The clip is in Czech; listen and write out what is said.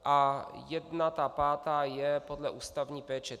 A jedna, ta pátá, je podle ústavní péče.